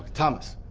thomas?